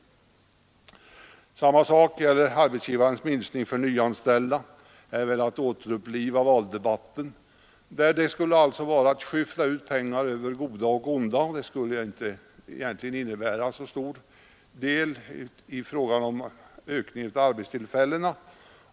Detsamma gäller beträffande den minskade arbetsgivaravgiften för nyanställda. Det skulle vara att skyffla ut pengar över onda och goda och inte medföra någon större ökning av arbetstillfällena.